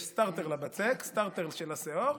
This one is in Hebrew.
יש סטרטר לבצק, סטרטר של השאור.